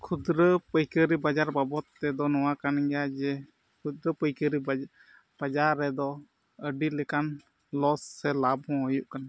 ᱠᱷᱩᱪᱨᱟᱹ ᱯᱟᱹᱭᱠᱟᱹᱨᱤ ᱵᱟᱵᱚᱫ ᱛᱮᱫᱚ ᱱᱚᱣᱟ ᱠᱟᱱ ᱜᱮᱭᱟ ᱡᱮ ᱠᱷᱩᱪᱨᱟᱹ ᱯᱟᱹᱭᱠᱟᱹᱨᱤ ᱵᱟᱡᱟᱨ ᱵᱟᱡᱟᱨ ᱨᱮᱫᱚ ᱟᱹᱰᱤ ᱞᱮᱠᱟᱱ ᱞᱚᱥ ᱥᱮ ᱞᱟᱵᱽ ᱦᱚᱸ ᱦᱩᱭᱩᱜ ᱠᱟᱱᱟ